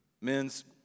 Men's